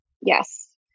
Yes